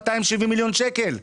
270 מיליון שקלים.